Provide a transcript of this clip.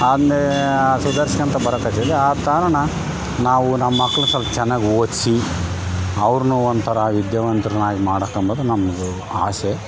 ಆದ್ಮೇ ಸುಧಾರ್ಸ್ಕೋಳ್ತ ಬರತೈತೆ ಆ ಕಾರಣ ನಾವು ನಮ್ಮ ಮಕ್ಳನ ಸ್ವಲ್ಪ ಚೆನ್ನಾಗಿ ಓದಿಸಿ ಅವ್ರನ್ನ ಒಂದು ಥರ ವಿದ್ಯಾವಂತ್ರನ್ನಾಗಿ ಮಾಡಿಕೊಂಬೋದು ನಮ್ದು ಆಸೆ